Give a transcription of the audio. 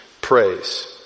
praise